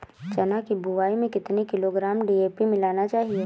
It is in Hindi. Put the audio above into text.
चना की बुवाई में कितनी किलोग्राम डी.ए.पी मिलाना चाहिए?